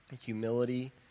humility